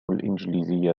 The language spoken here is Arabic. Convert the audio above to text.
الإنجليزية